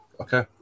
Okay